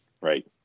right